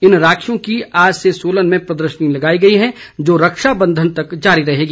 इन राखियों की आज से सोलन में प्रदर्शनी लगाई गई है जो रक्षाबंधन तक जारी रहेगी